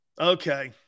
Okay